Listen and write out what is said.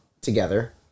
together